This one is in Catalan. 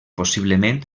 possiblement